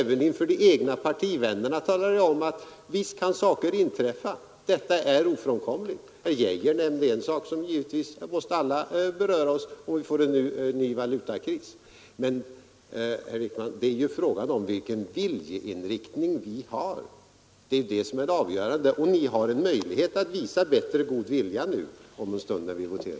Även inför de egna partivännerna säger jag att sådana händelser kan inträffa. Det är ofrånkomligt. Herr Arne Geijer nämnde också en sådan sak, som kan komma att beröra oss alla, nämligen att vi får en ny valutakris. Men, herr Wickman, det är här fråga om vilken viljeinriktning vi har. Det är det som är det avgörande. Och nu har ni en möjlighet att visa bättre vilja, när vi voterar om en stund!